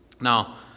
Now